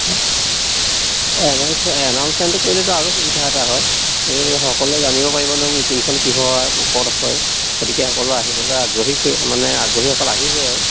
announce এনাউঞ্চমেণ্টটো কৰিলেতো আৰু সুবিধা এটা হয় এই সকলোৱে জানিব পাৰিব নহ্ মিটিংখন কিহৰ ওপৰত হয় গতিকে সকলো আহিবলৈ আগ্ৰহী কৰি মানে আগ্ৰহীসকল আহিবই আৰু